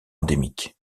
endémique